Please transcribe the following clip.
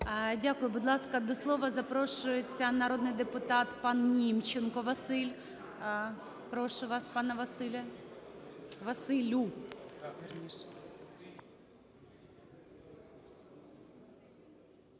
Дякую. Будь ласка, до слова запрошується народний депутат пан Німченко Василь. Прошу вас, пане Василю.